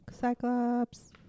Cyclops